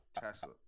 tesla